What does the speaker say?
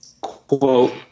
quote